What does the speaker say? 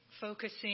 focusing